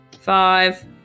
five